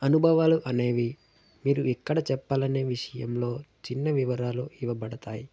అనుభవాలు అనేవి మీరు ఇక్కడ చెప్పాలనే విషయంలో చిన్న వివరాలు ఇవ్వబడతాయి